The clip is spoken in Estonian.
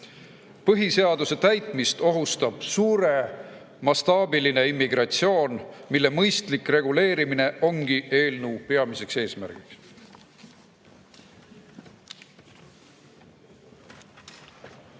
Põhiseaduse täitmist ohustab suuremastaabiline immigratsioon, mille mõistlik reguleerimine ongi eelnõu peamine eesmärk.